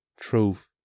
Truth